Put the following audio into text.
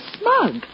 smug